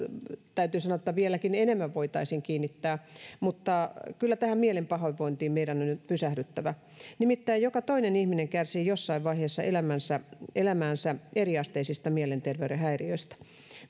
täytyy sanoa että vieläkin enemmän voitaisiin kiinnittää mutta kyllä tähän mielen pahoinvointiin meidän pysähdyttävä nimittäin joka toinen ihminen kärsii jossain vaiheessa elämäänsä eriasteisista mielenterveyden häiriöistä